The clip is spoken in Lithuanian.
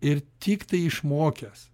ir tiktai išmokęs